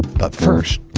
but first,